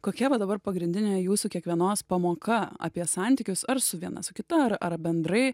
kokia va dabar pagrindinė jūsų kiekvienos pamoka apie santykius ar su viena su kita ar bendrai